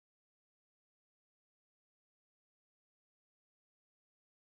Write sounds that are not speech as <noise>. <unintelligible>